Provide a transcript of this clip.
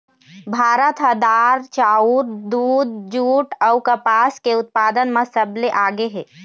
भारत ह दार, चाउर, दूद, जूट अऊ कपास के उत्पादन म सबले आगे हे